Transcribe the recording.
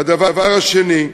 והדבר השני,